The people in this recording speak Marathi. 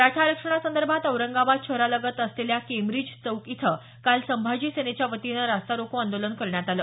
मराठा आरक्षणासंदर्भात औरंगाबाद शहरालगत असलेल्या केंब्रीज चौक इथं काल संभाजी सेनेच्या वतीनं रास्ता रोको आंदोलन करण्यात आलं